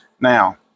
Now